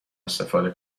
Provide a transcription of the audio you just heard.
استفاده